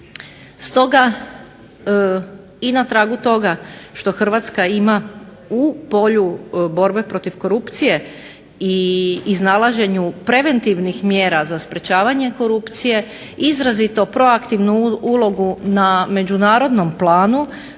Stoga i na tragu toga što Hrvatska ima u polju borbe protiv korupcije i iznalaženju preventivnih mjera za sprečavanje korupcije izrazito proaktivnu ulogu na međunarodnom planu,